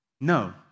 No